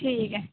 ठीक ऐ